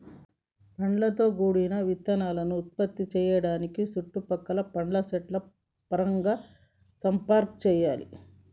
పండ్లతో గూడిన ఇత్తనాలను ఉత్పత్తి సేయడానికి సుట్టు పక్కల పండ్ల సెట్ల పరాగ సంపర్కం చెయ్యాలే